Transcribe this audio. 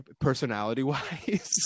personality-wise